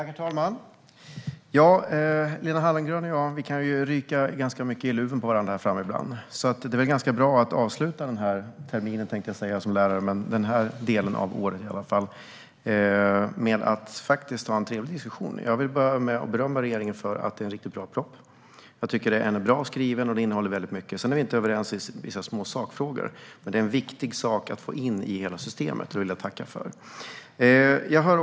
Herr talman! Lena Hallengren och jag kan ryka ganska mycket i luven på varandra här framme ibland. Det är väl ganska bra att avsluta den här delen av året - terminen, tänkte jag säga som lärare - med att ha en trevlig diskussion. Jag vill börja med att berömma regeringen för att det är en riktigt bra proposition. Den är bra skriven och innehåller väldigt mycket. Sedan är vi inte överens i vissa små sakfrågor. Men det är en viktig sak att få in i hela systemet, och det vill jag tacka för. Herr talman!